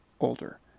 older